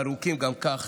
הארוכים גם כך,